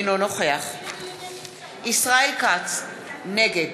אינו נוכח ישראל כץ, נגד